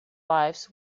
lives